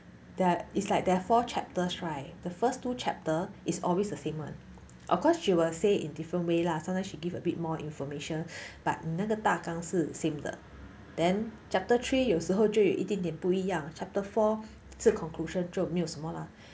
that is like there are four chapters right the first two chapter is always the same [one] of course she will say in different way lah sometimes should give a bit more information but another 那个大纲是 same 的 then chapter three 有时候就一点点不一样 chapter four 是 conclusion 就没有什么啦